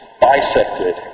bisected